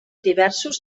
diversos